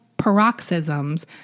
paroxysms